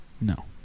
No